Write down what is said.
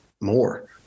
more